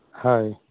ᱦᱳᱭ